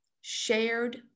shared